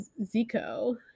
Zico